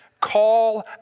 Call